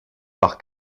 par